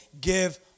Give